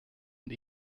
und